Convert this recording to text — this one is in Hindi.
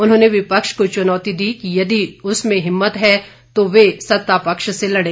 उन्होंने विपक्ष को चुनौती दी कि यदि उसमें हिम्मत है तो वह सत्तापक्ष से लड़ें